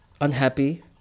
unhappy